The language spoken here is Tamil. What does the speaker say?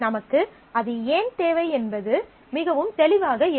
நமக்கு அது ஏன் தேவை என்பது மிகவும் தெளிவாக இல்லை